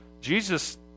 Jesus